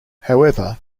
however